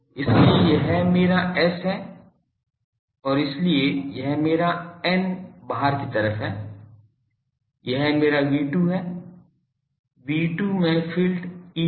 इसलिए यह मेरा S है और इसलिए यह मेरा n बाहर की तरफ है यह मेरा V2 है V2 में फ़ील्ड E1 H1 समान हैं